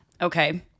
okay